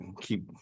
keep